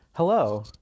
Hello